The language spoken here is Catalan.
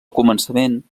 començament